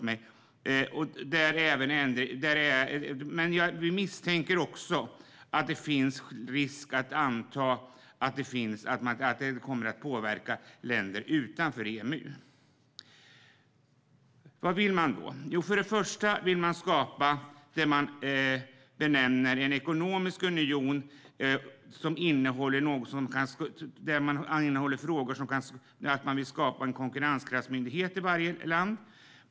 Men vi misstänker också att det finns skäl att anta att det kommer att påverka länder utanför EMU. Vad vill man då? För det första vill man skapa det man benämner en ekonomisk union, som omfattar frågor som att skapa en konkurrenskraftsmyndighet i varje land.